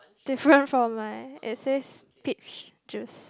different from mine it says peach juice